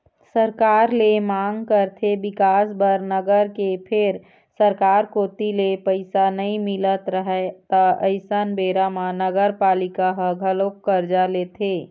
सरकार ले मांग करथे बिकास बर नगर के फेर सरकार कोती ले पइसा नइ मिलत रहय त अइसन बेरा म नगरपालिका ह घलोक करजा लेथे